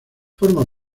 forma